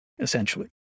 essentially